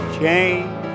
change